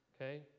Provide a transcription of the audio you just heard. okay